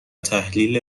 تحلیل